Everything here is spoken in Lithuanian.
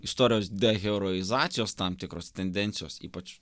istorijos deheroizacijos tam tikros tendencijos ypač